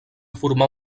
formar